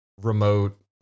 remote